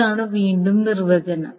ഇതാണ് വീണ്ടും നിർവ്വചനം